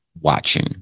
watching